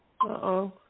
Uh-oh